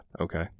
okay